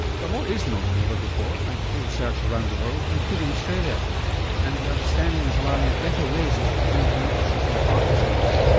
but more is known than ever before thanks to research around the world including australia and the understanding is allowing better ways of preventing and treating heart disease.